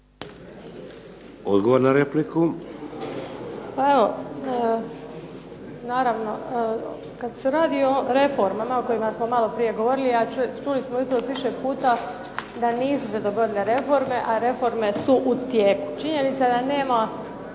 Odgovor na repliku.